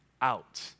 out